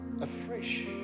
afresh